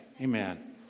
Amen